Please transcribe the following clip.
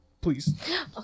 Please